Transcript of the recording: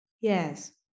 Yes